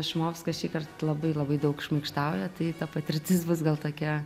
šumovska šįkart labai labai daug šmaikštauja tai ta patirtis bus gal tokia